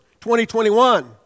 2021